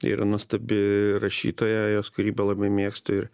yra nuostabi rašytoja jos kūrybą labai mėgstu ir